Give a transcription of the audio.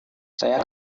saya